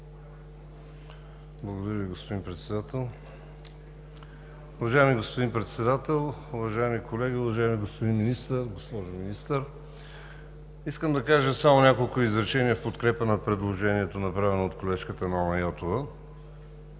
Благодаря Ви, госпожо Председател.